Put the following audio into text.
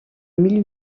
mille